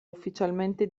ufficialmente